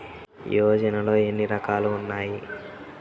యోజనలో ఏన్ని రకాలు ఉన్నాయి?